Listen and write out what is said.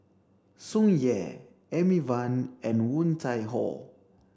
Tsung Yeh Amy Van and Woon Tai Ho